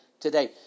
Today